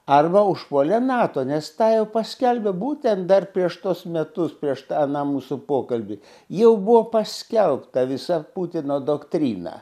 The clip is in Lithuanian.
arba užpuolė nato nes tą jau paskelbė būtent dar prieš tuos metus prieš tą mūsų pokalbį jau buvo paskelbta visa putino doktrina